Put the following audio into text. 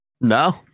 No